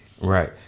Right